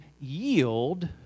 yield